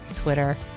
Twitter